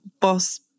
boss